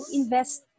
invest